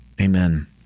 Amen